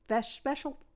Special